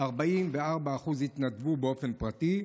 44% התנדבו באופן פרטי,